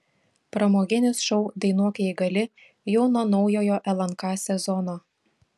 pramoginis šou dainuok jei gali jau nuo naujojo lnk sezono